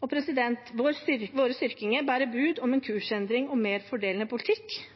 kr. Våre styrkinger bærer bud om en kursendring og en mer fordelende politikk,